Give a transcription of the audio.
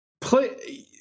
play